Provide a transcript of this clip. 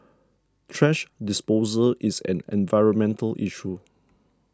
thrash disposal is an environmental issue